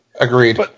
Agreed